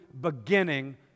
beginning